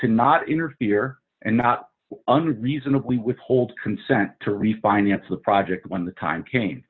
to not interfere and not unreasonably withhold consent to refinance the project when the time came